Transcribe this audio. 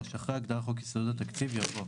(3)אחרי ההגדרה "חוק יסודות התקציב" יבוא: